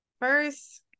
first